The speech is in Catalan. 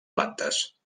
plantes